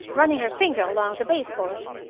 running her finger along the baseboard.